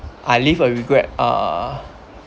I live a regret ah